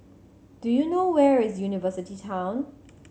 do you know where is University Town